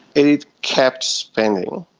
it kept spending.